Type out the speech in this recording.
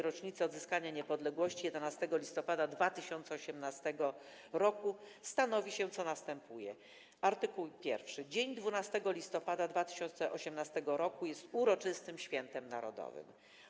Rocznicy Odzyskania Niepodległości 11 listopada 2018 r., stanowi się, co następuje: Art. 1. Dzień 12 listopada 2018 r. jest uroczystym Świętem Narodowym.